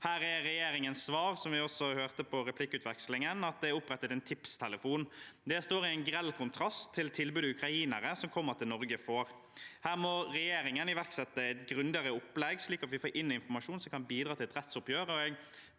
Her er regjeringens svar, som vi også hørte i replikkvekslingen, at det er opprettet en tipstelefon. Det står i grell kontrast til tilbudet ukrainere som kommer til Norge, får. Her må regjeringen iverksette et grundigere opplegg, slik at vi får inn informasjon som kan bidra til et rettsoppgjør, og jeg